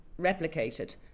replicated